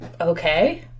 okay